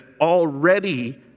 already